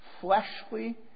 fleshly